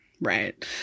right